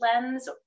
lens